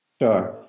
Sure